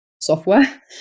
software